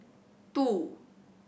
two